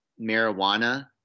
marijuana